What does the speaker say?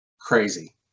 crazy